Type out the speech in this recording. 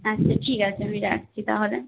আচ্ছা ঠিক আছে আমি রাখছি তাহলে